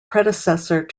predecessor